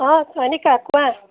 অঁ চয়নিকা কোৱা